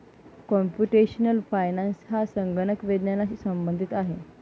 computational finance हा संगणक विज्ञानाशी संबंधित आहे